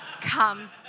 Come